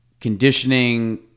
conditioning